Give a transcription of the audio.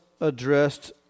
addressed